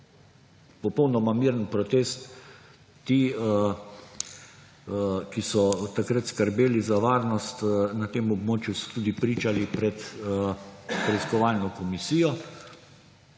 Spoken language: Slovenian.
Popolnoma miren protest. Ti, ki so takrat skrbeli za varnost na tem območju, so tudi pričali pred preiskovalno komisijo